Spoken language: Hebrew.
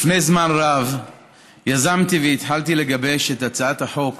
לפני זמן רב יזמתי והתחלתי לגבש את הצעת החוק